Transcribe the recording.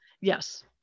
Yes